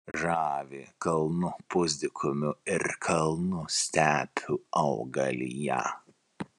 žavi kalnų pusdykumių ir kalnų stepių augalija